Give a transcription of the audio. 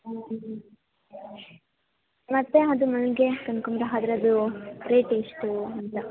ಮತ್ತೆ ಅದು ಮಲ್ಲಿಗೆ ಕನಕಾಂಬರ ಅದರದ್ದು ರೇಟ್ ಎಷ್ಟು ಅಂತ